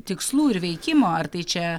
tikslų ir veikimo ar tai čia